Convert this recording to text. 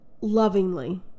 lovingly